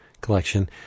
collection